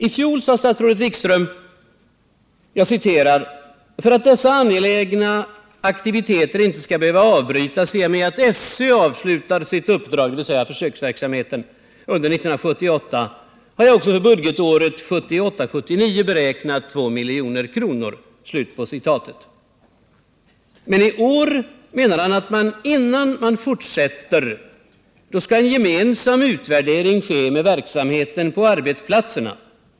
I fjol sade statsrådet Wikström: ”För att dessa angelägna aktiviteter inte skall behöva avbrytas i och med att SÖ avslutar sitt uppdrag” — dvs. försöksverksamheten — ”under 1978 har jag också för budgetåret 1978/79 beräknat 2 milj.kr.” Men i år menar han att innan man fortsätter skall en gemensam utvärdering ske med verksamheten på arbetsplatserna.